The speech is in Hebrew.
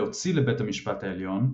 להוציא לבית המשפט העליון,